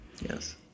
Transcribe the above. Yes